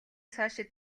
цаашид